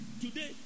today